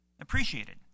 appreciated